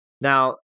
Now